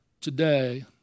today